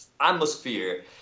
atmosphere